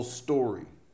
story